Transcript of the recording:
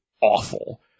awful